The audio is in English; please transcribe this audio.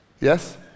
Yes